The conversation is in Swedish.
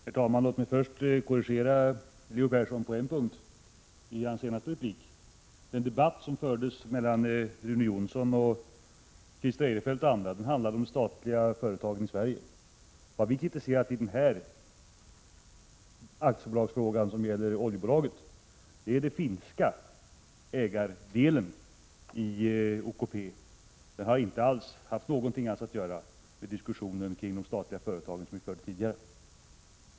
Herr talman! Låt mig först korrigera Leo Persson på en punkt i hans senaste replik. Den debatt som fördes mellan Rune Jonsson, Christer Eirefelt och andra handlade om de statliga företagen i Sverige. Vad vi kritiserar i den här aktiebolagsfrågan, som gäller oljebolaget OKP, är den finska ägardelen i OKP. Det har inte någonting alls att göra med den diskussion om de statliga företagen som vi förde tidigare.